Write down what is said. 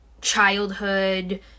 childhood